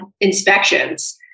inspections